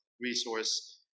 resource